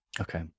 Okay